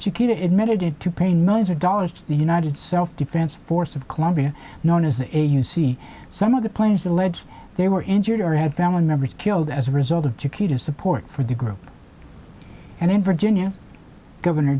chiquita admitted to paying millions of dollars to the united self defense force of colombia known as a who's seen some of the players alleged they were injured or had family members killed as a result of chiquita's support for the group and in virginia governor